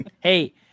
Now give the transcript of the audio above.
Hey